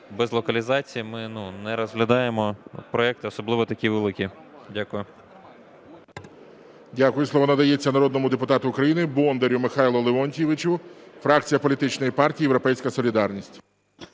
без локалізації ми не розглядаємо проекти, особливо такі великі. Дякую. ГОЛОВУЮЧИЙ. Дякую. Слово надається народному депутату України Бондарю Михайлу Леонтійовичу, фракція політичної партії "Європейська солідарність".